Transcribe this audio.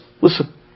Listen